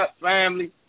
family